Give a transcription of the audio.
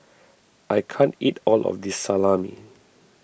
I can't eat all of this Salami